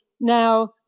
now